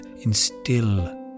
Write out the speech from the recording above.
instill